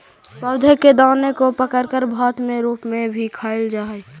पौधों के दाने को पकाकर भात के रूप में भी खाईल जा हई